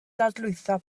dadlwytho